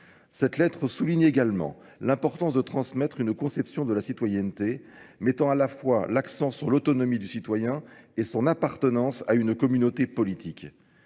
Cette lettre souligne également l'importance de transmettre une conception de la citoyenneté, mettant à la fois l'accent sur l'autonomie du citoyen et son appartenance à une communauté politique.